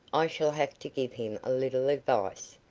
i shall have to give him a little advice.